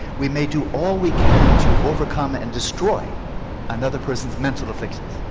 we may do all we can to overcome and destroy another person's mental afflictions,